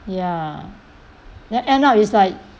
ya then end up is like